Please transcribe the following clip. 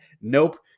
Nope